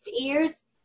ears